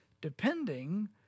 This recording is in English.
depending